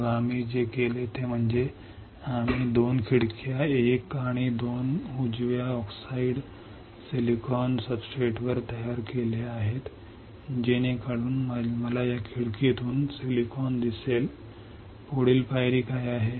मग आम्ही जे केले ते म्हणजे आम्ही 2 खिडक्या एक आणि दोन उजव्या ऑक्सिडाइज सिलिकॉन सब्सट्रेटवर तयार केल्या आहेत जेणेकरून मला या खिडकीतून सिलिकॉन दिसेल पुढील पायरी काय आहे